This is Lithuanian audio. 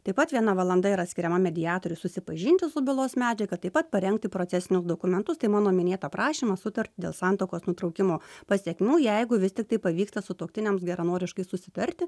taip pat viena valanda yra skiriama mediatoriui susipažinti su bylos medžiaga taip pat parengti procesinius dokumentus tai mano minėtą prašymą sutartį dėl santuokos nutraukimo pasekmių jeigu vis tiktai pavyksta sutuoktiniams geranoriškai susitarti